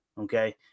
okay